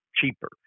cheaper